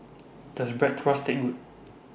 Does Bratwurst Taste Good